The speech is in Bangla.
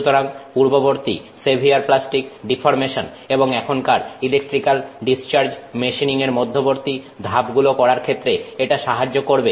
সুতরাং পূর্ববর্তী সেভিয়ার প্লাস্টিক ডিফর্মেশন এবং এখনকার ইলেকট্রিক্যাল ডিসচার্জ মেশিনিং এর মধ্যবর্তী ধাপগুলি করার ক্ষেত্রে এটা সাহায্য করবে